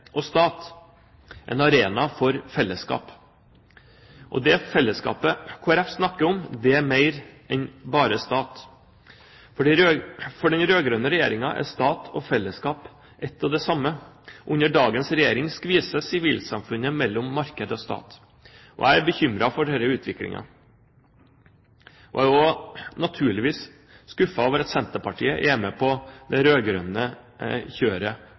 og stat, en arena for fellesskap. Det fellesskapet Kristelig Folkeparti snakker om, er mer enn bare stat. For den rød-grønne regjeringen er stat og fellesskap ett og det samme. Under dagens regjering skvises sivilsamfunnet mellom marked og stat. Jeg er bekymret for denne utviklingen. Jeg er også naturligvis skuffet over at Senterpartiet er med på det rød-grønne kjøret